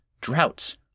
droughts